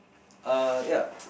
ah ya